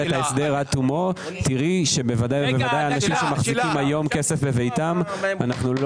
אנשים שמחזיקים היום כסף בביתם אנחנו לא